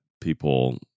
people